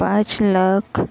पाच लाख